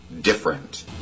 different